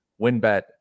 WinBet